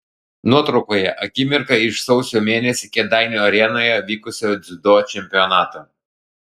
nuotraukoje akimirka iš sausio mėnesį kėdainių arenoje vykusio dziudo čempionato